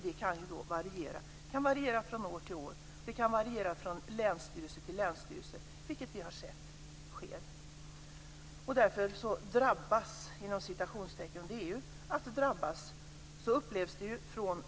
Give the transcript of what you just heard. Det kan variera från år till år, från länsstyrelse till länsstyrelse - vilket vi har sett ske.